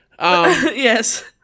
Yes